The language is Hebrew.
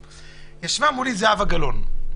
ישבה מולי זהבה גלאון.